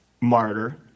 martyr